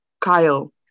Kyle